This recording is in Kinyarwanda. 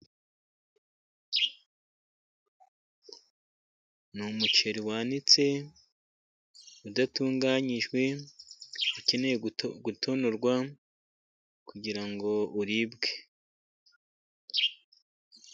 Ni umuceri wanitse udatunganyijwe, ukeneye gutonorwa kugira ngo uribwe.